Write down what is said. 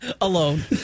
Alone